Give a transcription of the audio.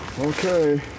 Okay